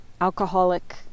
alcoholic